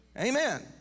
Amen